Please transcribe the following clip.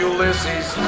Ulysses